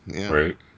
Right